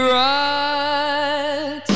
right